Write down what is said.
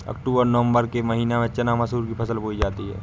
अक्टूबर नवम्बर के महीना में चना मसूर की फसल बोई जाती है?